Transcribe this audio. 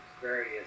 various